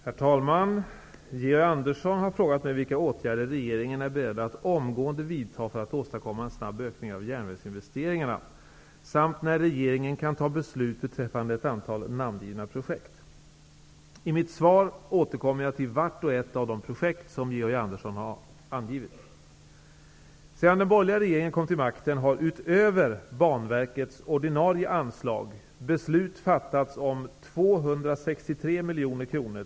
Herr talman! Georg Andersson har frågat mig vilka åtgärder regeringen är beredd att omgående vidta för att åstadkomma en snabb ökning av järnvägsinvesteringarna, samt när regringen kan fatta beslut beträffande ett antal namngivna projekt. I mitt svar återkommer jag till vart och ett av de projekt som Georg Andersson har angivit. Sedan den borgerliga regeringen kom till makten har utöver Banverkets ordinarie anslag beslut fattats om 263 mkr.